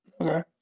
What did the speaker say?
Okay